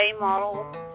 model